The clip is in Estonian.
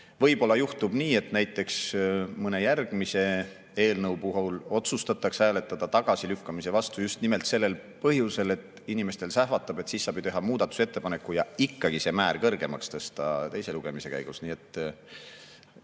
võib-olla juhtub nii, et näiteks mõne järgmise eelnõu puhul otsustatakse hääletada tagasilükkamise vastu just nimelt sellel põhjusel, et inimestel sähvatab, et siis saab ju teha muudatusettepaneku ja ikkagi see määr kõrgemaks tõsta teise lugemise käigus. Nii et